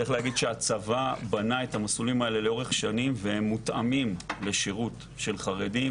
צריך לומר שצה"ל בנה אותם לאורך שנים והם מותאמים לשירות של חרדים,